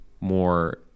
more